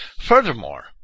Furthermore